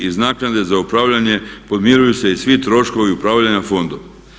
Iz naknade za upravljanje podmiruju se i svi troškovi upravljanja Fondom.